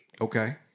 Okay